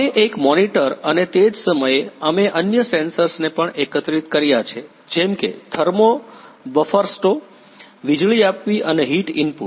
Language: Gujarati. અમે એક મોનિટર અને તે જ સમયે અમે અન્ય સેન્સર્સને પણ એકત્રિત કર્યા છે જેમ કે થર્મો બફર્સટો વીજળી આપવી અને હીટ ઇનપુટ